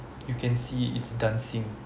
you can see it's it's dancing